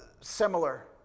similar